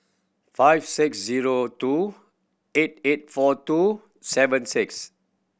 five six zero two eight eight four two seven six